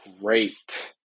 great